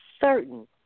certain